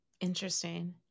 Interesting